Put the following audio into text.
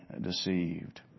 deceived